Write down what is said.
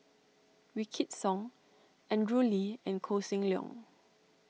Wykidd Song Andrew Lee and Koh Seng Leong